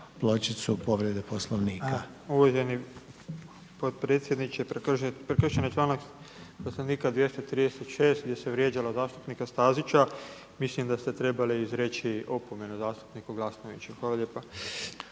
lijepa poštovani potpredsjedniče. Prekršen je članak Poslovnika 236. gdje se vrijeđalo zastupnika Stazića. Mislim da ste trebali izreći opomenu zastupniku Glasnoviću. Hvala lijepa.